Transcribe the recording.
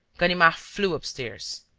ganimard flew upstairs.